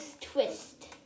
twist